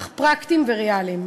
אך פרקטיים וריאליים.